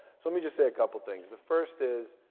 so let me just say a couple things. the first is,